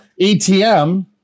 ATM